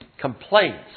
complaints